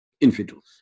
infidels